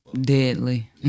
deadly